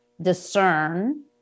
discern